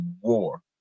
war